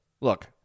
look